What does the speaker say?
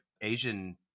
Asian